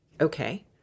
okay